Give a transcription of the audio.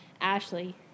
Ashley